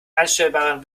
einstellbaren